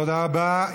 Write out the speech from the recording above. תודה רבה.